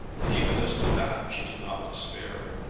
but even as to that she did not despair.